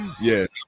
yes